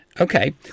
Okay